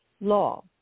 law